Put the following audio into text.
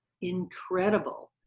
incredible